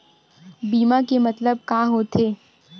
बीमा के मतलब का होथे?